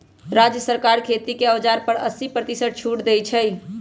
राज्य सरकार खेती के औजार पर अस्सी परतिशत छुट देई छई